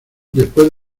después